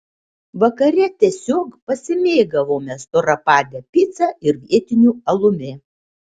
vakare tiesiog pasimėgavome storapade pica ir vietiniu alumi